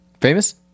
famous